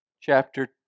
chapter